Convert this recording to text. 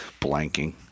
blanking